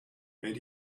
and